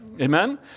Amen